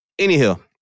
Anywho